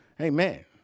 Amen